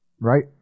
Right